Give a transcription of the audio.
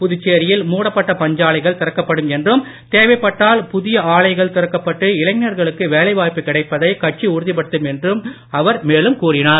புதுச்சேரியில் மூடப்பட்ட பஞ்சாலைகள் திறக்கப்படும் என்றும் தேவைப்பட்டால் புதிய ஆலைகள் திறக்கப்பட்டு இளைஞர்களுக்கு வேலைவாய்ப்பு கிடைப்பதை கட்சி உறுதிப்படுத்தும் என்றும் அவர் மேலும் கூறினார்